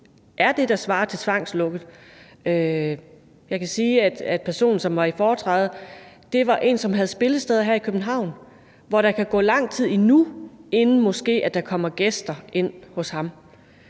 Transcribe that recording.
er det, der svarer til tvangslukket. Jeg kan sige, at der var en person i foretræde, som havde spillesteder her i København, og hvor der kan gå lang tid endnu, før der måske kommer gæster ind hos ham